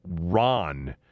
Ron